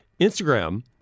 Instagram